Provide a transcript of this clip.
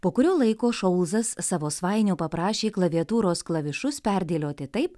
po kurio laiko šolzas savo svainio paprašė klaviatūros klavišus perdėlioti taip